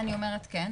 אני אומרת כן,